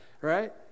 right